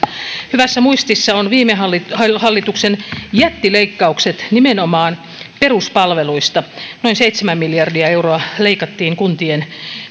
hyvässä muistissa ovat viime hallituksen jättileikkaukset nimenomaan peruspalveluista noin seitsemän miljardia euroa leikattiin kuntien